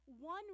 one